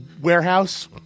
warehouse